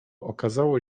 okazało